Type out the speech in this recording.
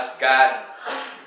God